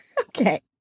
Okay